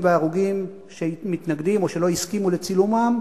והרוגים שמתנגדים או שלא הסכימו לצילומם,